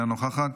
אינה נוכחת,